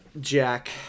Jack